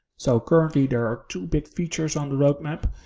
so currently there are two big features on the roadmap.